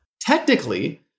Technically